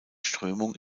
strömung